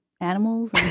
animals